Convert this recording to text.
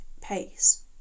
pace